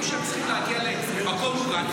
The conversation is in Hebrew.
יודעים שהם צריכים להגיע למקום מוגן,